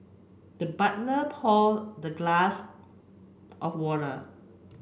the butler pour the glass of water